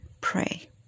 pray